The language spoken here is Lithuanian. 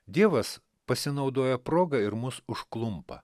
dievas pasinaudoja proga ir mus užklumpa